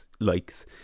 likes